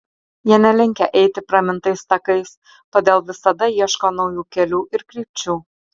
jie nelinkę eiti pramintais takais todėl visada ieško naujų kelių ir krypčių